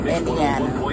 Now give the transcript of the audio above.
Indiana